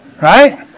Right